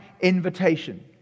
invitation